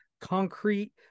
concrete